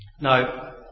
Now